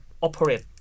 operate